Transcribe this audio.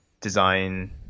design